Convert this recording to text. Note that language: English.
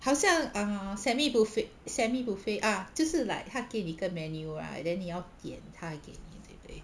好像 ah semi buffe~ semi buffet ah 就是 like 他给你一个 menu right then 你要点他才给你对不对